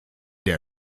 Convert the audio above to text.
der